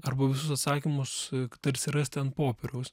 arba visus atsakymus tarsi rasti ant popieriaus